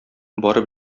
барып